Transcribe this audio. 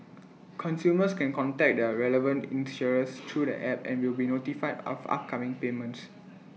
consumers can contact their relevant insurers through the app and will be notified of upcoming payments